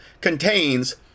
contains